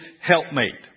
helpmate